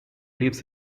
lives